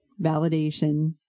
validation